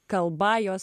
kalba jos